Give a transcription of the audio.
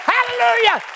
Hallelujah